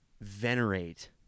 venerate